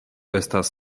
estas